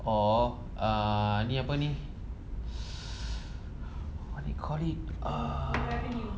orh err ini apa ni what you call it ah